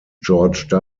george